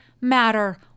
matter